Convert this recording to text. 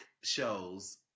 shows